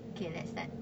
okay let's start